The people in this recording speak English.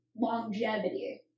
longevity